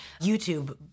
YouTube